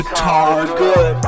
target